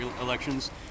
elections